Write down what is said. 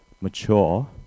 Mature